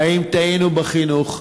האם טעינו בחינוך?